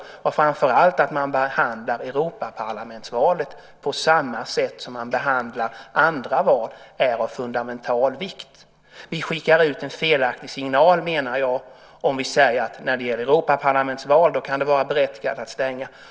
Det är framför allt av fundamental vikt att man behandlar Europaparlamentsvalet på samma sätt som man behandlar andra val. Jag menar att vi skickar ut en felaktig signal om vi säger att det kan vara berättigat att stänga när det gäller val till Europaparlamentet.